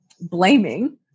blaming